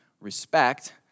respect